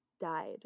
died